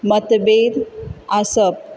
मतभेद आसप